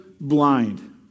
blind